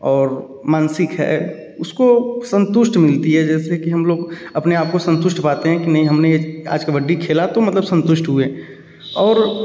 और मानसिक है उसको संतुष्टि मिलती है जैसे कि हम लोग अपने आप को संतुष्ट पाते हैं कि नहीं हमने आज कबड्डी खेला तो मतलब संतुष्ट हुए और